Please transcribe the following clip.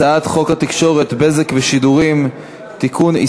הצעת חוק התקשורת (בזק ושידורים) (תיקון,